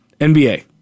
NBA